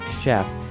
chef